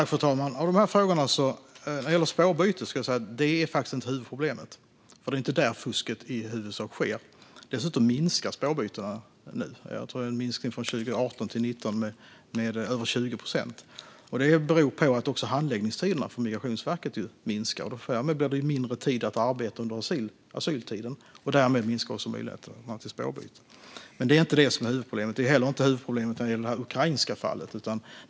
Fru talman! Spårbyte är inte huvudproblemet. Det är inte i huvudsak där fusket sker. Dessutom minskar spårbytena nu. Det har varit en minskning från 2018 till 2019 med över 20 procent. Det beror också på att handläggningstiderna på Migrationsverket blir kortare. Därmed blir det kortare tid att arbeta under asyltiden, och därmed minskar möjligheterna till spårbyte. Men det är inte huvudproblemet. Spårbyte är inte heller huvudproblemet när det gäller det ukrainska fallet.